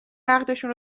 عقدشون